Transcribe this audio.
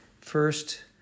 First